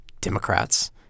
Democrats